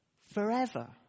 forever